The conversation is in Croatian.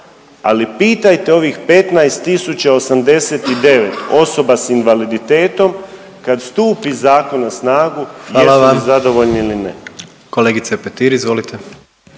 Ali pitajte ovih 15.089 osoba s invaliditetom kad stupi zakon na snagu …/Upadica: Hvala vam./…